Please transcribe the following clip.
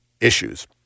issues